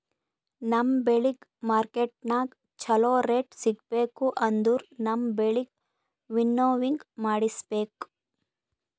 ನಮ್ ಬೆಳಿಗ್ ಮಾರ್ಕೆಟನಾಗ್ ಚೋಲೊ ರೇಟ್ ಸಿಗ್ಬೇಕು ಅಂದುರ್ ನಮ್ ಬೆಳಿಗ್ ವಿಂನೋವಿಂಗ್ ಮಾಡಿಸ್ಬೇಕ್